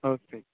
okay